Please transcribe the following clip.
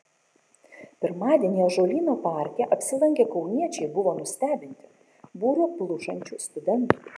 pirmadienį ąžuolyno parke apsilankę kauniečiai buvo nustebinti būrio plušančių studentų